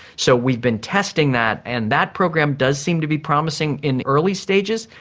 so we've been testing that, and that program does seem to be promising in early stages.